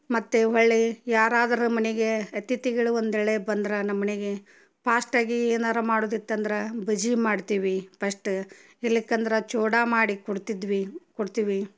ಮತ್ತು ಹೊರಳಿ ಯಾರಾದರೂ ಮನೆಗೆ ಅತಿಥಿಗಳು ಒಂದು ವೇಳೆ ಬಂದ್ರೆ ನಮ್ಮ ಮನಿಗೆ ಪಾಸ್ಟಾಗಿ ಏನಾರೂ ಮಾಡುದಿತ್ತಂದ್ರೆ ಬಜ್ಜಿ ಮಾಡ್ತೀವಿ ಪಸ್ಟ ಇಲ್ಲಿಕ್ಕಂದ್ರೆ ಚೂಡಾ ಮಾಡಿ ಕೊಡ್ತಿದ್ವಿ ಕೊಡ್ತೀವಿ